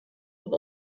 with